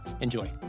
Enjoy